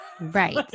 Right